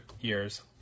years